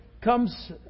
comes